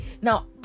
Now